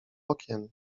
okien